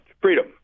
freedom